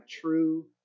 true